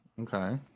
Okay